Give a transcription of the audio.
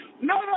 No